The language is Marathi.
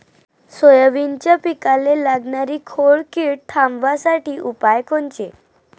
सोयाबीनच्या पिकाले लागनारी खोड किड थांबवासाठी उपाय कोनचे?